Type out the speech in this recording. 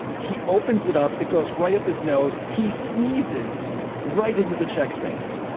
he opens it up. it goes right up his nose. he sneezes right into the check's mix.